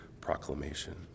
proclamation